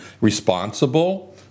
responsible